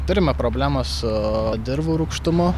turime problemą su dirvų rūgštumu